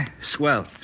Swell